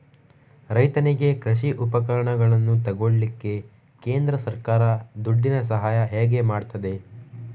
ರೈತನಿಗೆ ಕೃಷಿ ಉಪಕರಣಗಳನ್ನು ತೆಗೊಳ್ಳಿಕ್ಕೆ ಕೇಂದ್ರ ಸರ್ಕಾರ ದುಡ್ಡಿನ ಸಹಾಯ ಹೇಗೆ ಮಾಡ್ತದೆ?